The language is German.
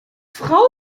frau